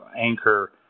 Anchor